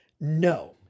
No